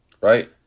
Right